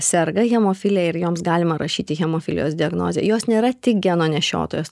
serga hemofilija ir joms galima rašyti hemofilijos diagnozę jos nėra tik geno nešiotojos